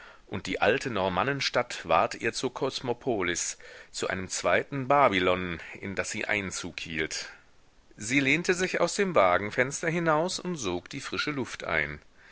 und die alte normannenstadt ward ihr zur kosmopolis zu einem zweiten babylon in das sie einzug hielt sie lehnte sich aus dem wagenfenster hinaus und sog die frische luft ein